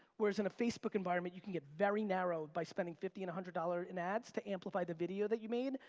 whereas in a facebook environment you can get very narrowed by spending fifty and a one hundred dollars in ads to amplify the video that you made,